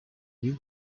new